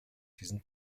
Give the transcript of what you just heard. diesen